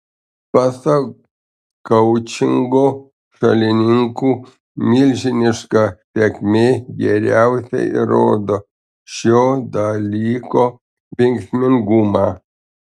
pasak koučingo šalininkų milžiniška sėkmė geriausiai įrodo šio dalyko veiksmingumą